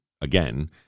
again